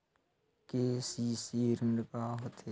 KCC ऋण का होथे?